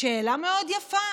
שאלה מאוד יפה.